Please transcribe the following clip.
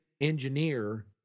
engineer